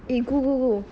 eh go go go